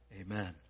Amen